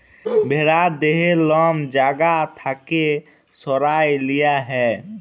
ভ্যারার দেহর লম যা গা থ্যাকে সরাঁয় লিয়া হ্যয়